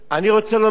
אני רוצה לומר לך,